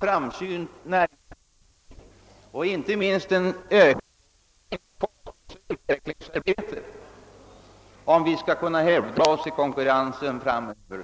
framsynt näringspolitik och inte minst en ökad satsning på forskningsoch utvecklingsarbete om vi skall kunna hävda oss i konkurrensen i framtiden.